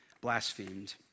blasphemed